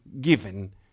given